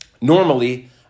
normally